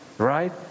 right